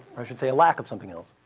i should say a lack of something else,